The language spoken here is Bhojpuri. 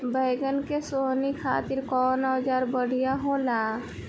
बैगन के सोहनी खातिर कौन औजार बढ़िया होला?